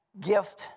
gift